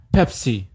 Pepsi